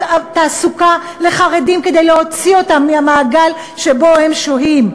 תעסוקה לחרדים כדי להוציא אותם מהמעגל שבו הם שוהים,